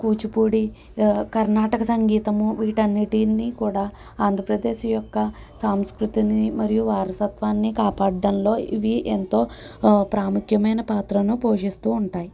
కూచిపూడి కర్ణాటక సంగీతము వీటన్నిటిని కూడా ఆంధ్రప్రదేశ్ యొక్క సాంస్కృతిని మరియు వారసత్వాన్ని కాపాడడంలో ఇవి ఎంతో ప్రాముఖ్యమైన పాత్రను పోషిస్తూ ఉంటాయి